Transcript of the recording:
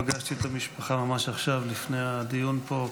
פגשתי את המשפחה ממש עכשיו לפני הדיון פה.